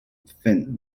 fin